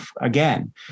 again